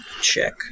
check